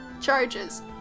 Charges